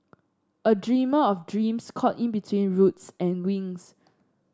a dreamer of dreams caught in between roots and wings